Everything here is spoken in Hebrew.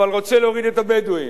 אבל רוצה להוריד את הבדואים.